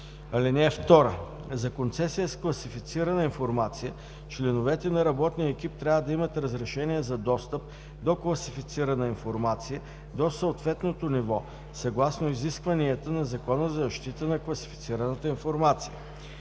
екип“. (2) За концесия с класифицирана информация членовете на работния екип трябва да имат разрешение за достъп до класифицирана информация до съответното ниво съгласно изискванията на Закона за защита на класифицираната информация.“